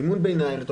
מימון ביניים.